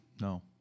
No